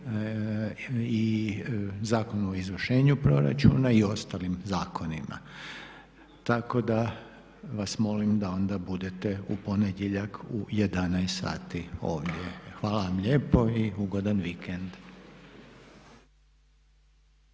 i Zakonu o izvršenju proračuna i ostalim zakonima. Tako da vas molim da onda budete u ponedjeljak u 11,00 sati ovdje. Hvala vam lijepo i ugodan vikend.